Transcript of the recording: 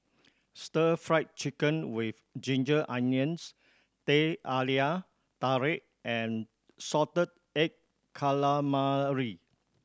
Stir Fry Chicken with ginger onions Teh Halia Tarik and salted egg calamari